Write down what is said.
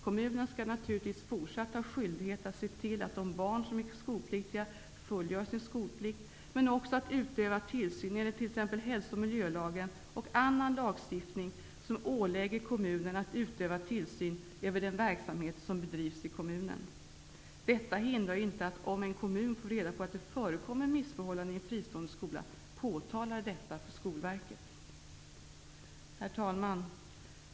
Kommunen skall naturligtvis fortsatt ha skyldighet att se till att de barn som är skolpliktiga fullgör sin skolplikt, men också att utöva tillsyn enligt t.ex. hälso och miljölagen och annan lagstiftning som ålägger kommunen att utöva tillsyn över den verksamhet som bedrivs i kommunen. Detta hindrar ju inte att en kommun som får reda på att det förekommer missförhållanden i en fristående skola påtalar detta för Skolverket. Herr talman!